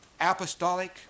apostolic